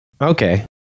Okay